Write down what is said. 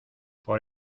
por